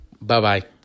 Bye-bye